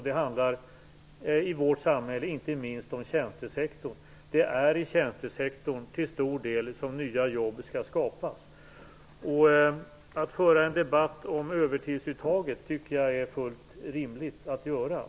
Det handlar i vårt samhälle inte minst om tjänstesektorn. Det är till stor del i tjänstesektorn som nya jobb skall skapas. Att föra en debatt om övertidsuttaget tycker jag är fullt rimligt.